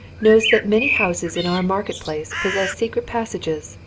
knows that many houses in our market-place possess secret passages,